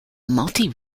multi